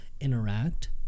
interact